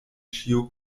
ĉiu